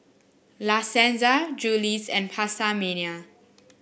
La Senza Julie's and PastaMania